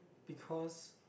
because